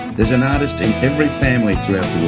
there's an artist in every family throughout